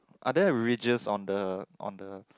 are there a region on the on the